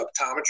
optometry